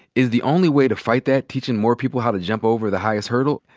is the only way to fight that teaching more people how to jump over the highest hurdle?